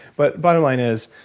but bottom line is,